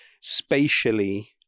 spatially